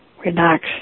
relax